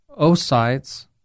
oocytes